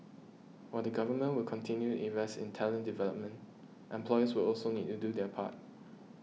while the Government will continue invest in talent development employers will also need to do their part